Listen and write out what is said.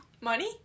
Money